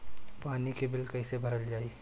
पानी के बिल कैसे भरल जाइ?